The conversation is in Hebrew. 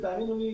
ותאמינו לי,